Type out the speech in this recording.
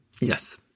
Yes